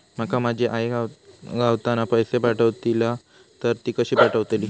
माका माझी आई गावातना पैसे पाठवतीला तर ती कशी पाठवतली?